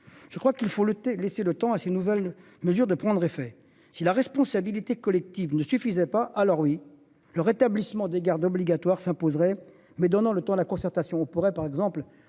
Je crois qu'il faut le laisser le temps à ces nouvelles mesures de prendre effet si la responsabilité collective ne suffisait pas. Alors oui le rétablissement des gardes obligatoires s'imposerait mais donnant le temps à la concertation. On pourrait par exemple